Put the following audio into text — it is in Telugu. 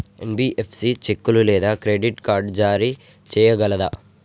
ఎన్.బి.ఎఫ్.సి చెక్కులు లేదా క్రెడిట్ కార్డ్ జారీ చేయగలదా?